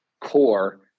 core